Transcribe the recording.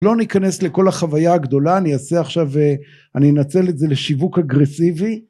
לא ניכנס לכל החוויה הגדולה, אני אעשה עכשיו, אני אנצל את זה לשיווק אגרסיבי.